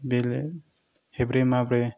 बेलेग हेब्रे माब्रे